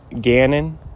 Gannon